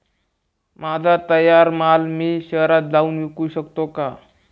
माझा तयार माल मी शहरात जाऊन विकू शकतो का?